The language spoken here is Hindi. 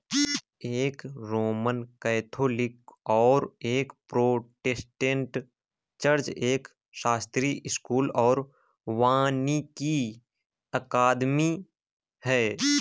एक रोमन कैथोलिक और एक प्रोटेस्टेंट चर्च, एक शास्त्रीय स्कूल और वानिकी अकादमी है